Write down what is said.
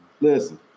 listen